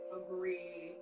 agree